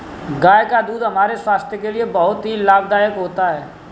गाय का दूध हमारे स्वास्थ्य के लिए बहुत ही लाभदायक होता है